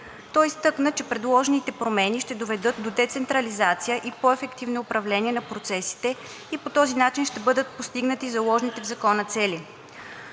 Той изтъкна, че предложените промени ще доведат до децентрализация и по-ефективно управление на процесите и по този начин ще бъдат постигнати заложените в закона цели.